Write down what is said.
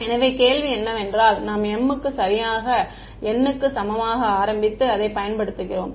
எனவே கேள்வி என்னவென்றால் நாம் m க்கு n க்கு சமமாக ஆரம்பித்து அதைப் பயன்படுத்துகிறோம்